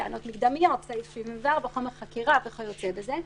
טענות מקדמיות, סעיף 74, חומר חקירה וכיוצא בזה.